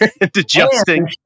adjusting